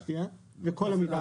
הצבעה סעיף 85(61) אושר מי בעד סעיף 62?